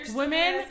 women